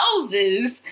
houses